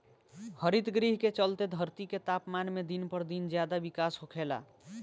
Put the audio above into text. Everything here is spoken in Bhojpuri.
हरितगृह के चलते धरती के तापमान में दिन पर दिन ज्यादे बिकास होखेला